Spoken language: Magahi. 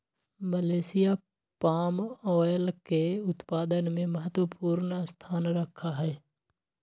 मलेशिया पाम ऑयल के उत्पादन में महत्वपूर्ण स्थान रखा हई